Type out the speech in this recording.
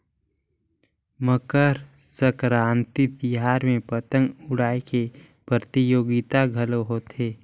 मकर संकरांति तिहार में पतंग उड़ाए के परतियोगिता घलो होथे